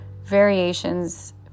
variations